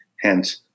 hence